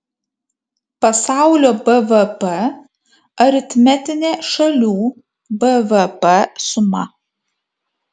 pasaulio bvp aritmetinė šalių bvp suma